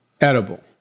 Edible